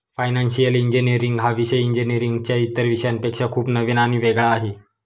financial engineering हा विषय इंजिनीअरिंगच्या इतर विषयांपेक्षा खूप नवीन आणि वेगळा आहे